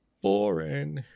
boring